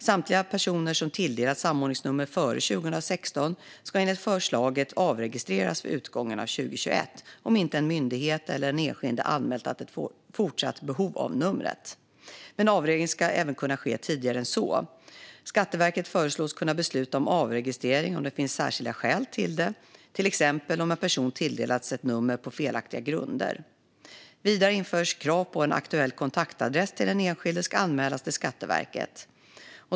Samtliga personer som tilldelats samordningsnummer före 2016 ska enligt förslaget avregistreras vid utgången av 2021, om inte en myndighet eller den enskilde har anmält att det finns ett fortsatt behov av numret. Men avregistrering ska även kunna ske tidigare än så. Skatteverket föreslås kunna besluta om avregistrering om det finns särskilda skäl för det, till exempel om en person har tilldelats ett nummer på felaktiga grunder. Vidare införs krav på att aktuell kontaktadress till den enskilde ska anmälas till Skatteverket.